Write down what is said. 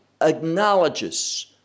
acknowledges